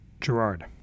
Gerard